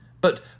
But